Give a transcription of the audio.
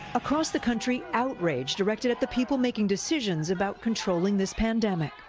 across the country outrage directed at the people making decisions about controlling this pandemic.